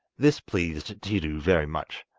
this pleased tiidu very much,